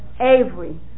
Avery